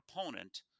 opponent